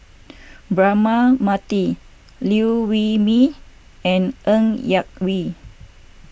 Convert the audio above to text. Braema Mathi Liew Wee Mee and Ng Yak Whee